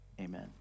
amen